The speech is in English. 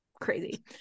Crazy